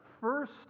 first